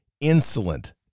insolent